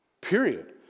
Period